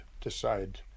decide